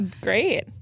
Great